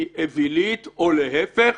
היא אווילית או להפך.